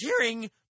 hearing